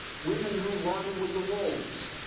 women who run with the wolves.